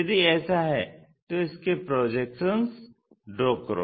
यदि ऐसा है तो इसके प्रोजेक्शन ड्रा करो